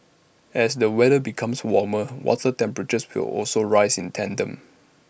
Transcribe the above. as the weather becomes warmer water temperatures will also rise in tandem